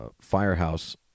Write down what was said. Firehouse